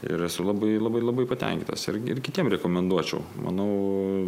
ir esu labai labai labai patenkintas irgi ir kitiem rekomenduočiau manau